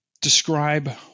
describe